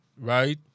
right